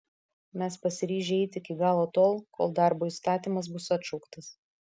mes pasiryžę eiti iki galo tol kol darbo įstatymas bus atšauktas